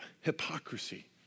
Hypocrisy